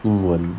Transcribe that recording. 英文